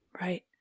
Right